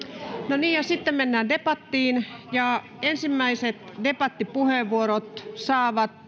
no niin ja sitten mennään debattiin ensimmäiset debattipuheenvuorot saavat